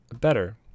better